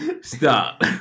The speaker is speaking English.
Stop